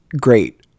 great